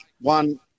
one